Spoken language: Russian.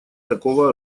такого